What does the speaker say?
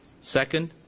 Second